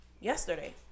yesterday